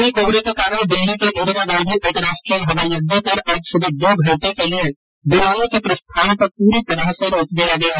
घने कोहरे के कारण दिल्ली के इंदिरा गांधी अंतर्राष्ट्रीय हवाई अड़डे पर आज सुबह दो घंटे के लिये विमानों के प्रस्थान को पूरी तरह से रोक दिया गया